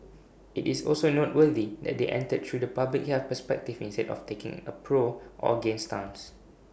IT is also noteworthy that they entered through the public health perspective instead of taking A pro or against stance